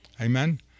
Amen